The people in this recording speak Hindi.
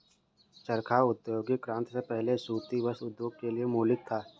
चरखा औद्योगिक क्रांति से पहले सूती वस्त्र उद्योग के लिए मौलिक था